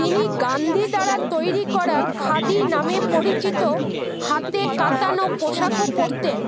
তিনি গান্ধী দ্বারা তৈরী করা খাদি নামে পরিচিত হাতে কাতানো পোশাকও পরতেন